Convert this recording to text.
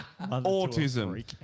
autism